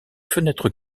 fenêtres